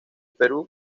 perú